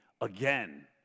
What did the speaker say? again